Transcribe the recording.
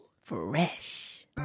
Fresh